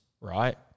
Right